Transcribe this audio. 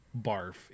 barf